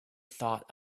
thought